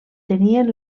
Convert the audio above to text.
tenien